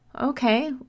Okay